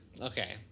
Okay